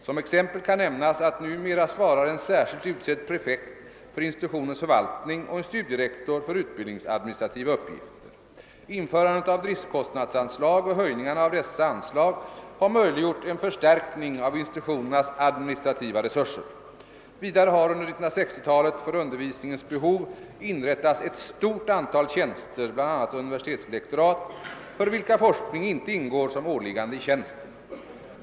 Som exempel kan nämnas att numera svarar en särskilt utsedd prefekt för institutionens förvaltning och en studierektor för utbildningsadministrativa uppgifter. Införandet av driftkostnadsanslag och höjningarna av dessa anslag har möjliggjort en förstärkning av institutionernas administrativa resurser. Vidare har under 1960-talet för undervisningens behov inrättats ett stort antal tjänster, bl.a. universitetslektorat, för vilka forskning inte ingår som åliggande i tjänsten.